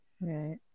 Right